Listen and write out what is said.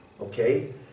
okay